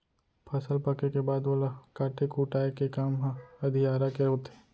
फसल पके के बाद ओला काटे कुटाय के काम ह अधियारा के होथे